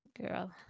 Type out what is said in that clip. Girl